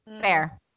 Fair